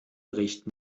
bericht